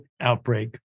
outbreak